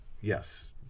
yes